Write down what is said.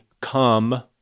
come